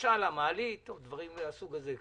למשל עניין המעלית או דברים מן הסוג הזה.